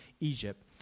Egypt